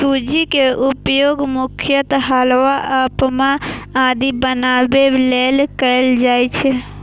सूजी के उपयोग मुख्यतः हलवा, उपमा आदि बनाबै लेल कैल जाइ छै